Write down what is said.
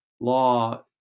Law